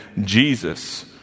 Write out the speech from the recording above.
Jesus